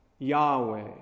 Yahweh